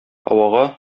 һавага